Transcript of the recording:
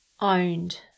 owned